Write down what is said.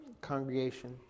congregation